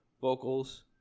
vocals